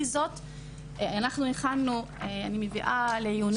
אנחנו הכנו ואני מביאה לעיונך.